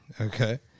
okay